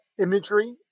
imagery